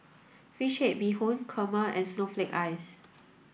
fish head bee hoon Kurma and snowflake ice